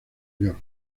york